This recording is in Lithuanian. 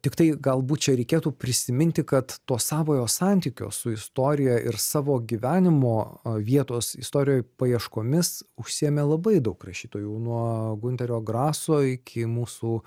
tiktai galbūt čia reikėtų prisiminti kad to savojo santykio su istorija ir savo gyvenimo vietos istorijoj paieškomis užsiėmė labai daug rašytojų nuo gunterio graso iki mūsų